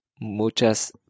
muchas